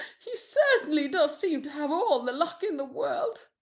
he certainly does seem to have all the luck in the world.